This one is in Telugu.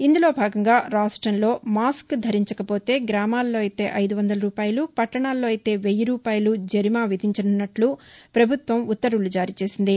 ఇందులో భాగంగా రాష్టంలో మాస్క్ ధరించకపోతే గ్రామాలలో అయితే ఐదు వందల రూపాయలు పట్టణాలలో అయితే వెయ్యి రూపాయలు జరిమానా విధించనున్నట్లు ప్రభుత్వం ఉత్తర్వులు జారీచేసింది